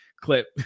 clip